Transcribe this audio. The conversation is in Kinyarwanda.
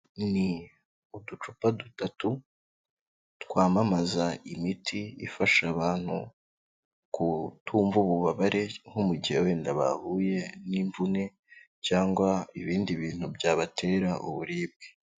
Ni uducupa dutatu twamamaza imiti ifasha abantu kutumva ububabare, nko mu gihe wenda bahuye n'imvune cyangwa ibindi bintu byabatera uburibwe.